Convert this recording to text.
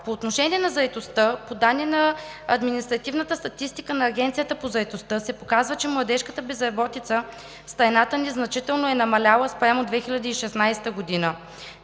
По отношение на заетостта по данни на административната статистика на Агенцията по заетостта се показва, че младежката безработица в страната ни значително е намаляла спрямо 2016 г.